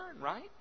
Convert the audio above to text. right